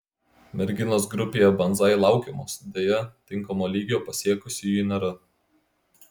merginos grupėje banzai laukiamos deja tinkamo lygio pasiekusiųjų nėra